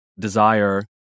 desire